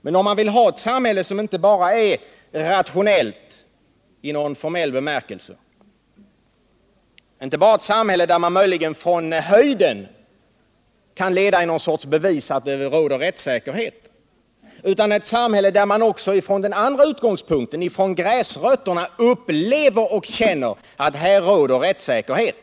Men vi vill inte ha ett samhälle som bara är rationellt i formell bemärkelse, ett samhälle där man möjligen från höjden kan leda i bevis att det råder rättssäkerhet, utan vi vill ha ett samhälle där man också från den andra utgångspunkten, från gräsrötterna, upplever att det råder rättssäkerhet.